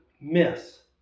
miss